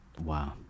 Wow